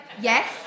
Yes